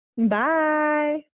Bye